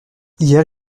hier